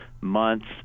months